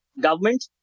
government